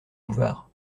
bouvard